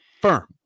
Firm